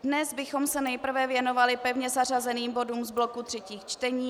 Dnes bychom se nejprve věnovali pevně zařazeným bodům z bloku třetích čtení.